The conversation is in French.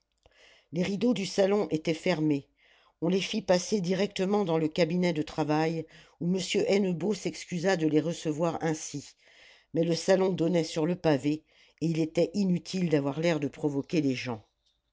les rideaux du salon étaient fermés on les fit passer directement dans le cabinet de travail où m hennebeau s'excusa de les recevoir ainsi mais le salon donnait sur le pavé et il était inutile d'avoir l'air de provoquer les gens